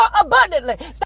abundantly